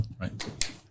Right